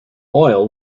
oil